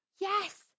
Yes